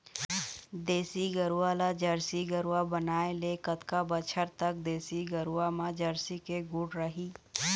देसी गरवा ला जरसी गरवा बनाए ले कतका बछर तक देसी गरवा मा जरसी के गुण रही?